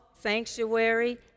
sanctuary